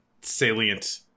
salient